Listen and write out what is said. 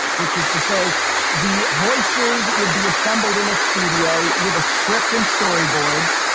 which is to say the voices would be assembled in a studio with a script and storyboards.